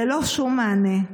ללא שום מענה?